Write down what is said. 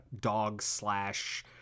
dog-slash